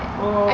oh